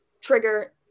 trigger